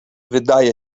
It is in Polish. wydaje